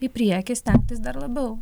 į priekį stengtis dar labiau